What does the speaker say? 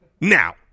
Now